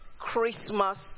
Christmas